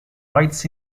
whites